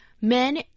men